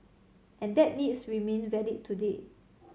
and that needs remain valid today